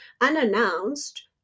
unannounced